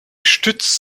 stützt